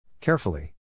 Carefully